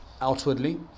outwardly